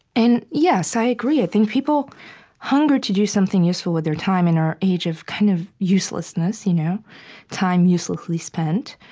and yes, i agree. i think people hunger to do something useful with their time in our age of kind of uselessness, you know time uselessly spent,